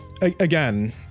Again